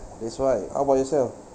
that's why how about yourself